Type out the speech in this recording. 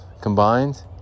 combined